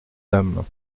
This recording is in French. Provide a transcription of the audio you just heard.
dames